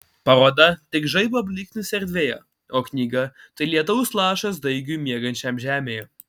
paroda tik žaibo blyksnis erdvėje o knyga tai lietaus lašas daigui miegančiam žemėje